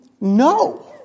No